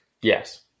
Yes